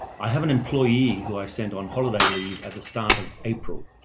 i have an employee who i sent on holiday leave at the start of april.